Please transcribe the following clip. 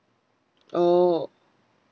oh